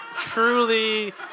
truly